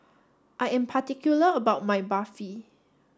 I am particular about my Barfi